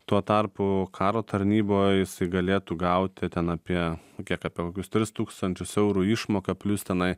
tuo tarpu karo tarnyboj jisai galėtų gauti ten apie kiek apie kokius tris tūkstančius eurų išmoką plius tenai